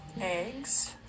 eggs